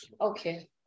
Okay